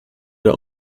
der